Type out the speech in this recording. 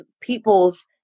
people's